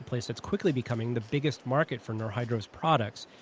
place that's quickly becoming the biggest market for norrhydro's products.